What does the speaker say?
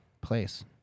place